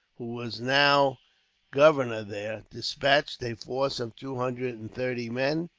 who was now governor there, despatched a force of two hundred and thirty men,